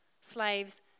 Slaves